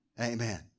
Amen